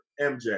MJ